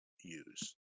Use